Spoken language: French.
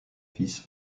fils